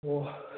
ꯑꯣ